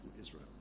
Israel